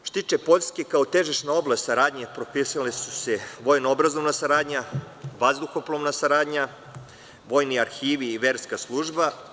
Što se tiče Poljske, kao težišna oblast saradnje propisali su se vojno-obrazovna saradnja, vazduhoplovna saradnja, vojni arhivi i verska služba.